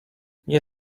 nie